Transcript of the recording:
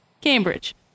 Cambridge